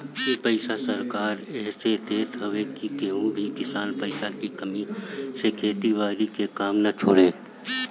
इ पईसा सरकार एह से देत हवे की केहू भी किसान पईसा के कमी से खेती बारी के काम ना छोड़े